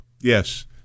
Yes